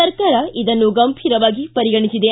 ಸರಕಾರ ಇದನ್ನು ಗಂಭೀರವಾಗಿ ಪರಿಗಣಿಸಿದೆ